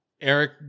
Eric